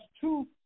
two